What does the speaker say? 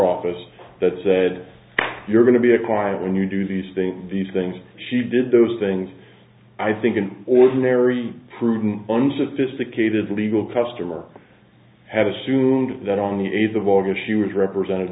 office that said you're going to be a quiet when you do these things these things she did those things i think an ordinary prudent unsophisticated legal customer had assumed that on the eighth of august she was represented